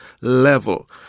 level